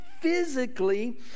physically